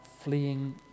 fleeing